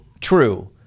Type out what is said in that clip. true